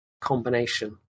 combination